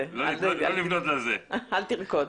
אל תרקוד.